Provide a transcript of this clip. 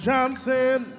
Johnson